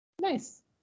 Nice